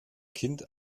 kind